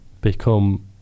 become